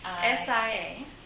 S-I-A